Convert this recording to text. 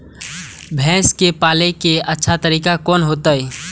भैंस के पाले के अच्छा तरीका कोन होते?